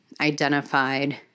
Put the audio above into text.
identified